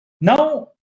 Now